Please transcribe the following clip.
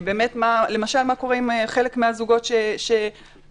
למשל: מה קורה עם חלק מהזוגות שהגישו